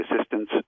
assistance